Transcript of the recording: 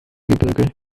gebirge